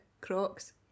Crocs